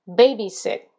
babysit